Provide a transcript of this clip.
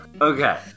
Okay